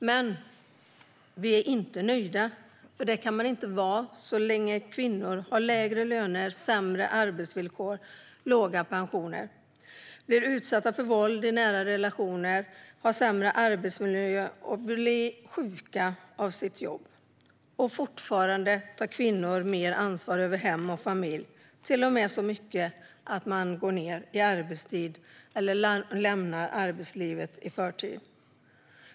Vi är dock inte nöjda, för det kan man inte vara så länge kvinnor har lägre löner, har sämre arbetsvillkor, har låga pensioner, blir utsatta för våld i nära relationer, har sämre arbetsmiljö och blir sjuka av sitt jobb. Fortfarande tar kvinnor mer ansvar över hem och familj, till och med så mycket att de går ned i arbetstid eller lämnar arbetslivet i förtid.